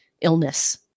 illness